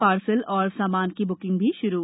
parcel और सामान की ब्किंग भी श्रू